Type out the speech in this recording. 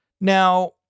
Now